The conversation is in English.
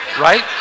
right